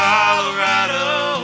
Colorado